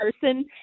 person